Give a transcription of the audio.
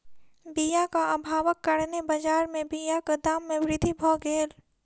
बीयाक अभावक कारणेँ बजार में बीयाक दाम में वृद्धि भअ गेल